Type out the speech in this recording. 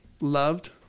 loved